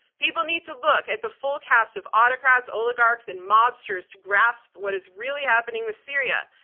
people need to look at the full cast of autocrats, oligarchs and mobsters to grasp what is really happening with syria.